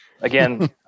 again